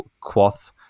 Quoth